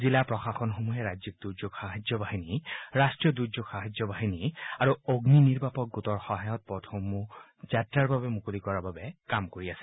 জিলা প্ৰশাসনসমূহে ৰাজ্যিক দুৰ্যোগ সাহায্য বাহিনী ৰাষ্ট্ৰীয় দুৰ্যোগ সাহায্য বাহিনী আৰু অগ্নিনিৰ্বাপক গোটৰ সহায়ত পথসমূহ যাত্ৰাৰ বাবে মুকলি কৰাৰ বাবে কাম কৰি আছে